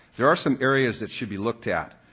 there are some areas that should be looked at.